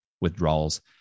withdrawals